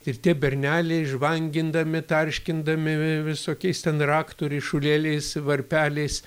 ir tie berneliai žvangindami tarškindami vi visokiais ten raktų ryšulėliais varpeliais